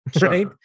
right